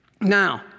Now